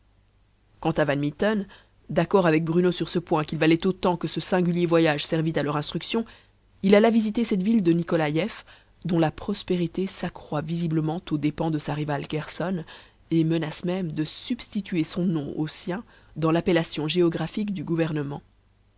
van mitten d'accord avec bruno sur ce point qu'il valait autant que ce singulier voyage servit à leur instruction il alla visiter cette ville de nikolaief dont la prospérité s'accroît visiblement aux dépens de sa rivale kherson et menace même de substituer son nom au sien dans l'appellation géographique du gouvernement